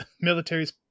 military's